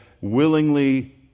willingly